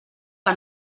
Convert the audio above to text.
que